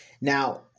Now